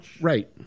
Right